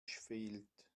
fehlt